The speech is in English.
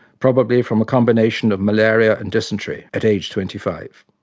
probably from a combination of malaria and dysentery at age twenty five.